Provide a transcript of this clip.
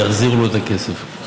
יחזירו לו את הכסף.